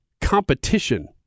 competition